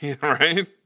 Right